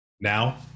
Now